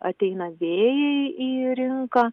ateina vėjai į rinką